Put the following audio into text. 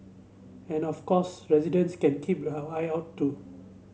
and of course residents can keep your eye out too